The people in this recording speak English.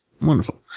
Wonderful